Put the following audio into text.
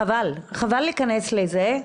חבל להיכנס לזה.